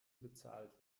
bezahlt